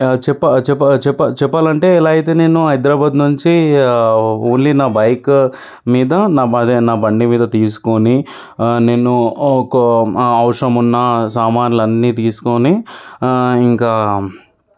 చెప్పా చెప్పా చెప్పా చెప్పాలంటే ఎలా అయితే నేను హైదరాబాదు నుంచి ఓన్లీ నా బైక్ మీద నా బ అదే నా బండి మీద తీసుకొని నేను ఒక అవసరం ఉన్న సామాన్లు అన్నీ తీసుకొని ఇంకా